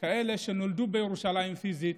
כאלה שנולדו בירושלים פיזית,